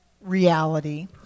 reality